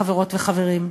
חברות וחברים.